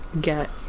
get